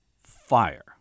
fire